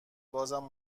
بازم